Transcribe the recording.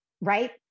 right